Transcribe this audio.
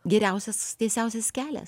geriausias tiesiausias kelias